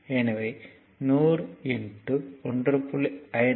எனவே 100 1